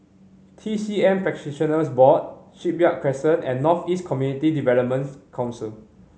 T C M Practitioners Board Shipyard Crescent and North East Community Development Council